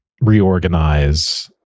reorganize